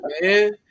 man